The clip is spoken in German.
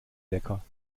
lecker